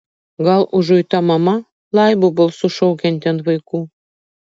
gal užuita mama laibu balsu šaukianti ant vaikų